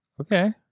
Okay